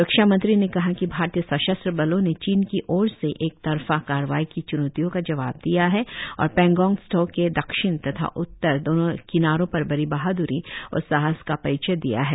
रक्षा मंत्री ने कहा कि भारतीय सशस्त्र बलों ने चीन की ओर से एकतरफा कार्रवाई की च्नौतियों का जवाब दिया है और पैंगोंग त्सो के दक्षिण तथा उत्तर दोनों किनारों पर बड़ी बहाद्री और साहस का परिचय दिया है